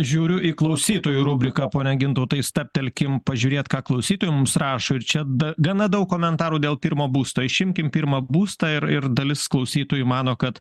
žiūriu į klausytojų rubriką pone gintautai stabtelkim pažiūrėt ką klausytojai mums rašo ir čia da gana daug komentarų dėl pirmo būsto išimkim pirmą būstą ir ir dalis klausytojų mano kad